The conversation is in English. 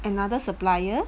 another supplier